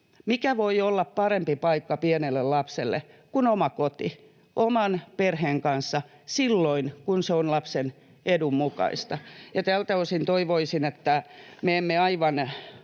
Mikä voi olla parempi paikka pienelle lapselle kuin oma koti, olla oman perheen kanssa silloin, kun se on lapsen edun mukaista. Tältä osin toivoisin, että me emme aivan